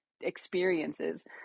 experiences